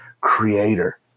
creator